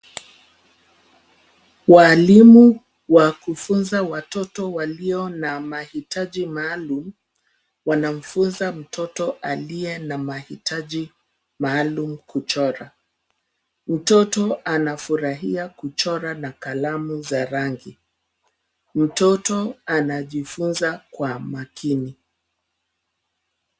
Walimu wa kufunza watoto walio na mahitaji maalum wanamfunza mtoto aliye na mahitaji maalum kuchora. Mtoto anafurahia kuchora na kalamu za rangi. Mtoto anajifunza kwa makini.